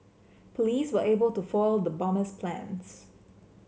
police were able to foil the bomber's plans